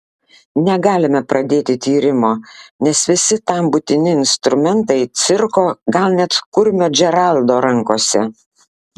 negalime pradėti tyrimo nes visi tam būtini instrumentai cirko gal net kurmio džeraldo rankose